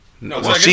No